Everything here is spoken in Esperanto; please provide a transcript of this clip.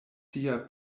sia